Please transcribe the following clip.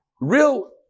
Real